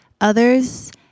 others